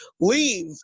leave